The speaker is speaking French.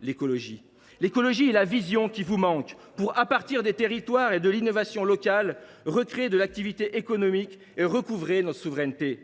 l’écologie ! Elle est la vision qui vous manque pour, à partir des territoires et de l’innovation locale, recréer de l’activité économique et recouvrer notre souveraineté,